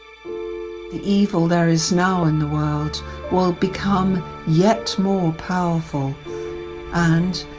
the evil there is now in the world will become yet more powerful and.